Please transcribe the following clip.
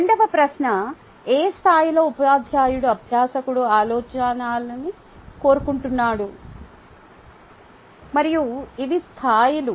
రెండవ ప్రశ్న ఏ స్థాయిలో ఉపాధ్యాయుడు అభ్యాసకుడు ఆలోచించాలని కోరుకుంటాడు మరియు ఇవి స్థాయిలు